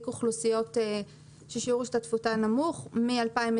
אוכלוסיות ששיעור השתתפותן נמוך מ-2021.